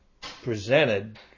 presented